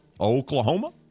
Oklahoma